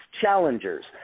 challengers